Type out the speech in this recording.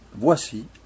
voici